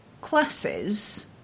classes